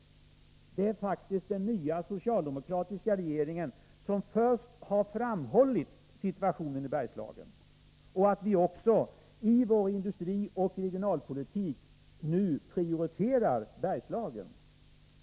Det är faktiskt den nya socialdemokratiska regeringen som först har pekat på situationen i Bergslagen, och i vår industrioch regionalpolitik prioriterar vi nu Bergslagen.